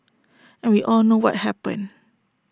and we all know what happened